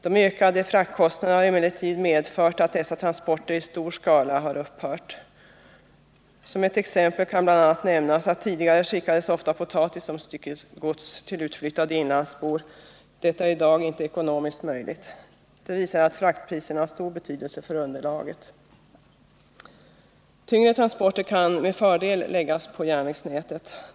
De ökade fraktkostnaderna har emellertid medfört att dessa transporter i stor utsträckning har upphört. Som exempel kan nämnas att potatis tidigare ofta skickades som styckegods till utflyttade inlandsbor. Detta är i dag inte ekonomiskt möjligt. Det visar att fraktpriserna har stor betydelse för underlaget. Tyngre transporter kan med fördel läggas på järnvägsnätet.